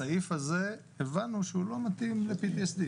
הסעיף הזה, הבנו שהוא לא מתאים ל-PTSD.